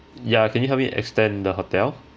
ya can you help me extend the hotel